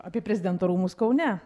apie prezidento rūmus kaune